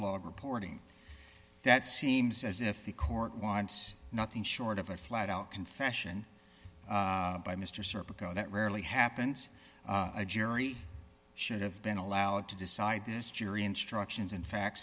blog reporting that seems as if the court wants nothing short of a flat out confession by mr serpico that rarely happens a jury should have been allowed to decide this jury instructions in fact